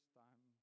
time